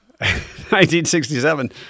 1967